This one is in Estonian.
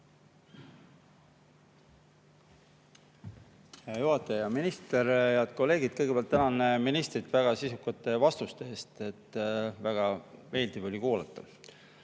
Hea minister! Head kolleegid! Kõigepealt tänan ministrit väga sisukate vastuste eest. Väga meeldiv oli kuulata.